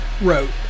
wrote